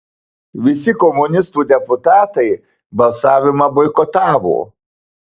visi komunistų deputatai balsavimą boikotavo